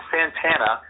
Santana